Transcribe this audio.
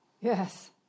Yes